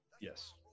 Yes